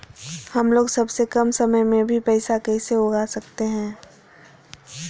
हमलोग सबसे कम समय में भी प्याज कैसे उगा सकते हैं?